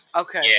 Okay